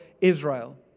Israel